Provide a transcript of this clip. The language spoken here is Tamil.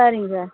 சரிங்க சார்